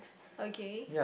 okay